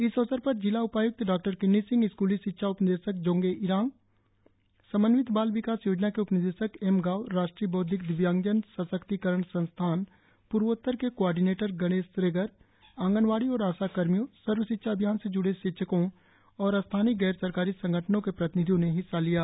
इस अवसर पर जिला उपायुक्त डॉ किन्नी सिंह स्कूली शिक्षा उपनिदेशक जोंगे यिरांग समन्वित बाल विकास योजना के उपनिदेशक एम गाव राष्ट्रीय बौद्विक दिव्यांगजन सशक्तिकरण संस्थान पूर्वोत्तर के कोआर्डिनेटर गणेश श्रेगर आगंनवाड़ी और आशा कर्मियों सर्वशिक्षा अभियान से ज्ड़े शिक्षकों और स्थानीय गैर सरकारी संगठनों के प्रतिनिधियों ने हिस्स लिया